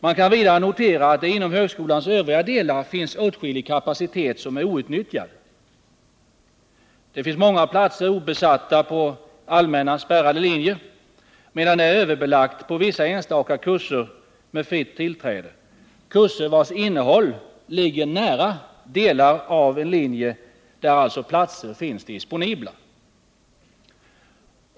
Man kan vidare notera att det inom högskolans övriga delar finns åtskillig kapacitet som är outnyttjad. Det finns många platser obesatta på allmänna spärrade linjer, medan det är överbelagt på vissa enstaka kurser med fritt tillträde, kurser vars innehåll ligger nära delar av en linje där alltså platser finns disponibla.